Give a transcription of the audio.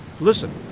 Listen